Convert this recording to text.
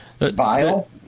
vile